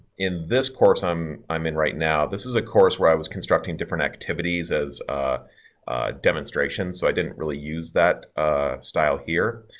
in this course i'm i'm in right now. this is of course where i was constructing different activities as a demonstration. so i didn't really use that style here,